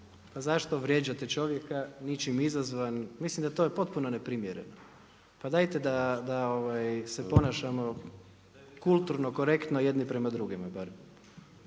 Zašto vrijeđate čovjeka ničim izazvan, mislim da je to potpuno neprimjereno. Pa dajte da se ponašamo kulturno, korektno jedni prema drugima